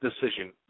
decision